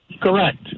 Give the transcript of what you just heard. Correct